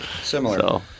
Similar